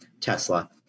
Tesla